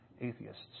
atheists